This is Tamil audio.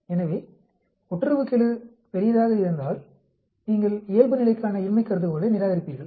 எனவே ஒட்டுறவுக்கெழு பெரியதாக இருந்தால் நீங்கள் இயல்புநிலைக்கான இன்மை கருதுகோளை நிராகரிப்பீர்கள்